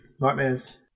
nightmares